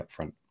upfront